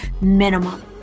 minimum